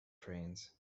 trains